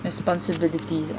responsibilities ah